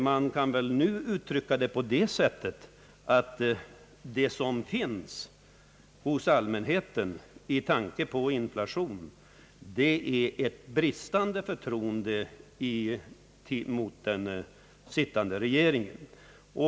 Man kan väl uttrycka det på det sättet, att det som finns i allmänhetens tankar när det gäller inflationen är ett bristande förtroende mot den sittande regeringen.